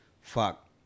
fuck